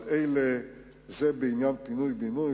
זה בעניין "פינוי בינוי",